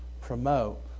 promote